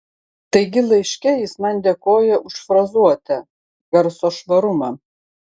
taigi laiške jis man dėkoja už frazuotę garso švarumą